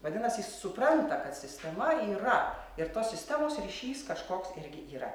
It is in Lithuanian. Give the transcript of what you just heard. vadinasi jis supranta kad sistema yra ir tos sistemos ryšys kažkoks irgi yra